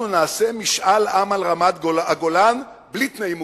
נעשה משאל עם על רמת-הגולן בלי תנאים מוקדמים.